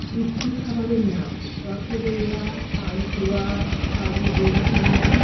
মিষ্টি খাবারের নাম রসগোল্লা পান্তুয়া কাজু বরফি